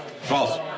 False